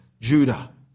Judah